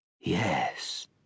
Yes